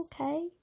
okay